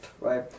right